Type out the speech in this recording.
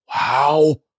wow